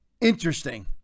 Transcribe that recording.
interesting